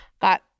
got